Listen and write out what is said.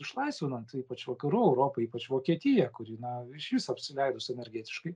išlaisvinant ypač vakarų europai ypač vokietija kuri na išvis apsileidus energetiškai